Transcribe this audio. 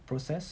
process